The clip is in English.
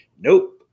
Nope